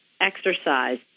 exercise